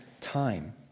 time